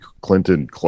Clinton